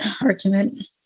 argument